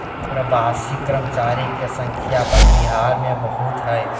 प्रवासी कर्मचारी के संख्या अपन बिहार में बहुत हइ